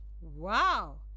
Wow